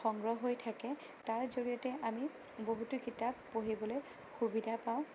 সংগ্ৰহ হৈ থাকে তাৰ জড়িয়তে আমি বহুতো কিতাপ পঢ়িবলৈ সুবিধা পাওঁ